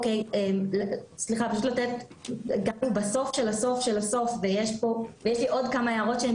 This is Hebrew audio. אנחנו בסוף של הסוף של הסוף ויש לי עוד כמה הערות שהן